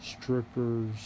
strippers